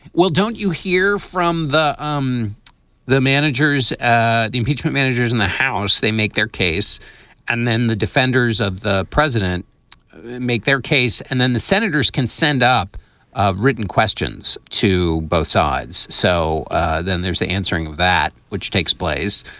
don't you hear from the um the managers, ah the impeachment managers in the house. they make their case and then the defenders of the president make their case. and then the senators can send up ah written questions to both sides. so then there's the answering of that which takes place.